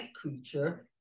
creature